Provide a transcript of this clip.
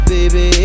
Baby